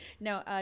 Now